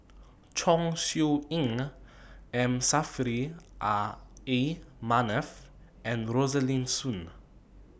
Chong Siew Ying M Saffri A Manaf and Rosaline Soon